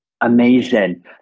Amazing